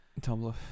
Tumblr